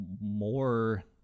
more